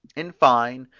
in fine,